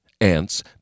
Ants